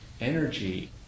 energy